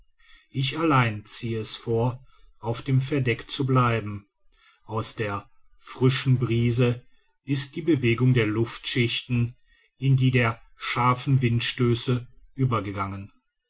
ich allein ziehe es vor auf dem verdeck zu bleiben aus der frischen brise ist die bewegung der luftschichten in die der scharfen windstöße übergegangen